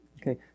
Okay